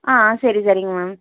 ஆ சரி சரிங்க மேம்